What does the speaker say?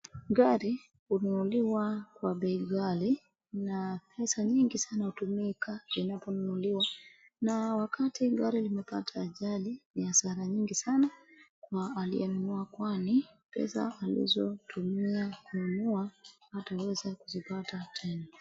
Gari hununuliwa kwa bei ghali na pesa mingi sana hutumika inaponunuliwa . Na wakati gari limepata ajali ni hasara mingi sana kwa aliyenunua kwani pesa alizotumia kununua ataweza kupata tena.